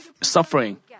suffering